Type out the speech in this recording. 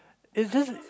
is just